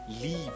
leave